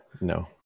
no